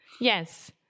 Yes